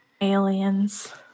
Aliens